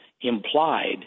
implied